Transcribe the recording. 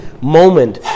moment